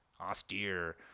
Austere